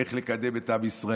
איך לקדם את עם ישראל,